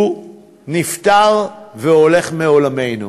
הוא נפטר והולך מעולמנו?